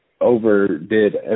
overdid